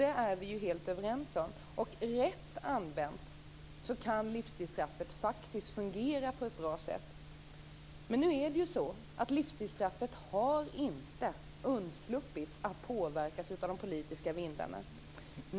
Det är vi helt överens om, och rätt använt kan livstidsstraffet faktiskt fungera på ett bra sätt. Men nu är det ju så att livstidsstraffet inte har undsluppit att påverkas av de politiska vindarna.